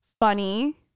funny